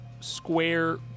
square